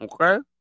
Okay